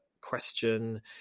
question